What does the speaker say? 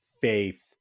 faith